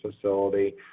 facility